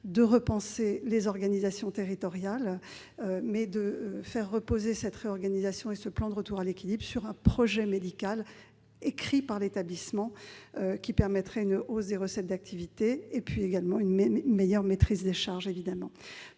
de repenser l'organisation territoriale en faisant reposer cette réorganisation et le plan de retour à l'équilibre sur un projet médical écrit par l'établissement, en vue d'assurer une hausse des recettes d'activités et une meilleure maîtrise des charges. Madame